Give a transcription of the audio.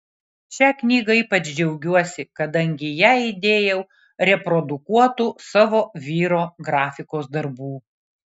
šia knyga ypač džiaugiuosi kadangi į ją įdėjau reprodukuotų savo vyro grafikos darbų